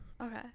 Okay